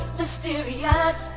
mysterious